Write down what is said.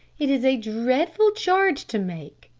it is a dreadful charge to make,